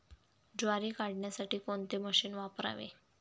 ज्वारी काढण्यासाठी कोणते मशीन वापरावे?